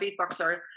beatboxer